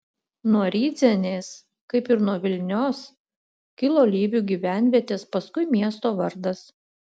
nuo rydzenės kaip ir nuo vilnios kilo lyvių gyvenvietės paskui miesto vardas